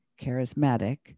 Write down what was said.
charismatic